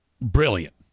brilliant